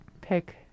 pick